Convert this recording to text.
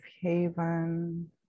haven